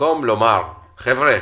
במקום לומר: "חבר'ה,